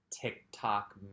TikTok